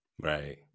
Right